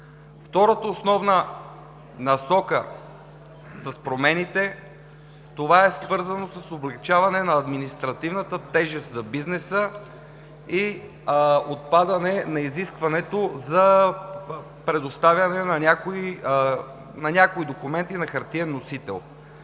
Втората основна насока с промените това е свързаното с облекчаване на административната тежест за бизнеса и отпадане на изискването за предоставяне на някои документи на хартиен носител.